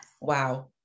wow